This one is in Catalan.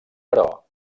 però